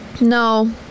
No